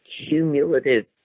cumulative